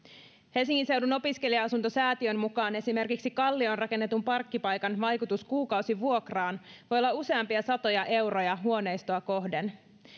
helsingin seudun opiskelija asuntosäätiön mukaan esimerkiksi kallioon rakennetun parkkipaikan vaikutus kuukausivuokraan voi olla useampia satoja euroja huoneistoa kohden